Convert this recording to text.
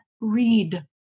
read